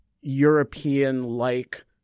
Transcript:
European-like